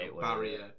barrier